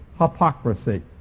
hypocrisy